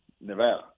Nevada